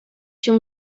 się